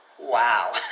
Wow